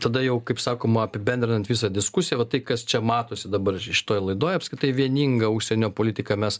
tada jau kaip sakoma apibendrinant visą diskusiją tai kas čia matosi dabar šitoje laidoje apskritai vieninga užsienio politika mes